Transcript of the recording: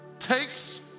takes